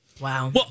Wow